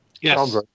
Yes